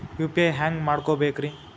UPI ಹ್ಯಾಂಗ ಮಾಡ್ಕೊಬೇಕ್ರಿ?